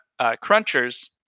crunchers